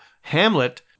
Hamlet